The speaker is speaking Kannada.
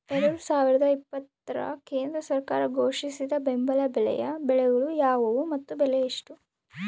ಎರಡು ಸಾವಿರದ ಇಪ್ಪತ್ತರ ಕೇಂದ್ರ ಸರ್ಕಾರ ಘೋಷಿಸಿದ ಬೆಂಬಲ ಬೆಲೆಯ ಬೆಳೆಗಳು ಯಾವುವು ಮತ್ತು ಬೆಲೆ ಎಷ್ಟು?